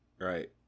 right